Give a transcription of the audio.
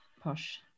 posh